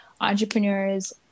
entrepreneurs